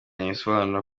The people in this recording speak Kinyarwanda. abisobanura